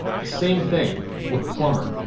the same thing with plumber.